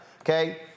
okay